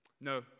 No